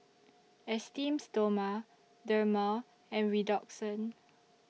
Esteem Stoma Dermale and Redoxon